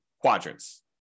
quadrants